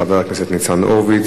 חבר הכנסת ניצן הורוביץ,